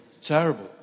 terrible